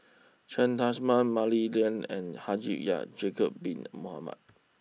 Cheng Tsang Man Mah Li Lian and Haji Ya'Jacob Bin Mohamed